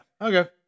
Okay